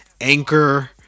Anchor